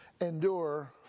endure